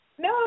No